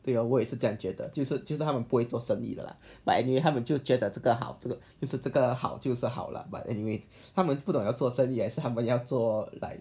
对啊我也是这样觉得就是就是他们不会做生意的 lah but anyway 他们就觉得这个好这个就是这个好就是好啦 but anyway 他们不懂要做生意还是他们要做 like